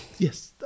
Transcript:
yes